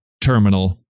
terminal